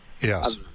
Yes